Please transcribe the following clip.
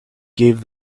gave